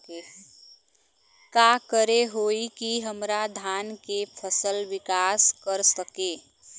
का करे होई की हमार धान के फसल विकास कर सके?